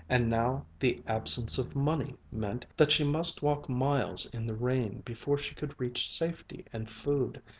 and now the absence of money meant that she must walk miles in the rain before she could reach safety and food.